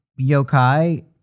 yokai